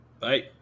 Bye